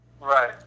right